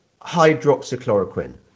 hydroxychloroquine